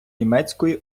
німецької